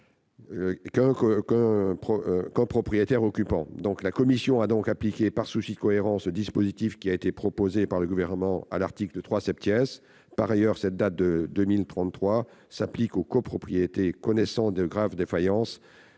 qu'un propriétaire occupant. Elle a donc appliqué, par souci de cohérence, le dispositif proposé par le Gouvernement à l'article 3 du projet de loi. Par ailleurs, la date de 2033 s'applique aux copropriétés connaissant de graves défaillances